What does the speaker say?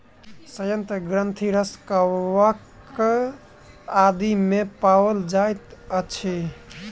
सयंत्र ग्रंथिरस कवक आदि मे पाओल जाइत अछि